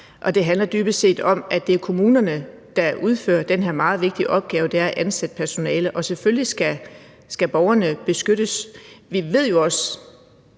Det handler dybest set om, at det er kommunerne, der udfører den her meget vigtige opgave, det er at ansætte personale. Selvfølgelig skal borgerne beskyttes. Vi ved også,